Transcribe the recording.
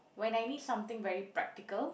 when I need something very practical